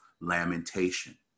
lamentation